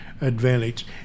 advantage